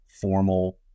formal